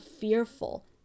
fearful